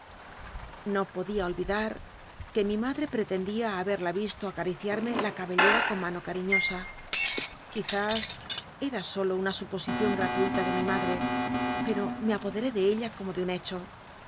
lo podía olvidar c ue mi madre prctcndia bahel'la visto ac wiciar mc la cabelleta con mano cariñosa quiz is em solo una suposicion gtatuila de mi madr e pero me apoderé de ella como de un hecho